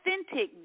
authentic